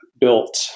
built